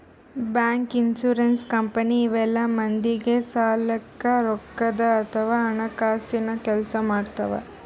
bank, insurance company ಇವೆಲ್ಲ ಮಂದಿಗ್ ಸಲ್ಯಾಕ್ ರೊಕ್ಕದ್ ಅಥವಾ ಹಣಕಾಸಿನ್ ಕೆಲ್ಸ್ ಮಾಡ್ತವ್